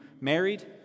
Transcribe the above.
married